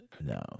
No